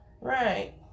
Right